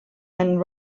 and